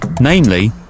namely